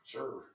Sure